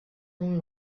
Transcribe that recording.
con